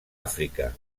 àfrica